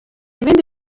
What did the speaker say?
ibindi